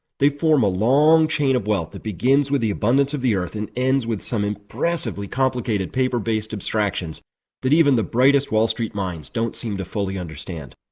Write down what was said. they form a long chain of wealth that begins with the abundance of the earth and ends with some impressively complicated paper-based abstractions that even the brightest wall street minds don't seem to fully understand.